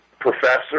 professor